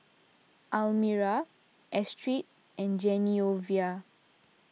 Almyra Astrid and Genoveva